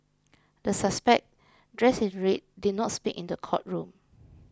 the suspect dressed in red did not speak in the courtroom